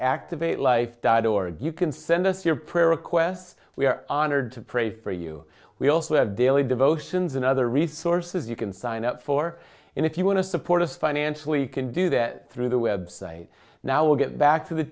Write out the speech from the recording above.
activate life died or you can send us your prayer requests we are honored to pray for you we also have daily devotions and other resources you can sign up for and if you want to support us financially can do that through the website now will get back to the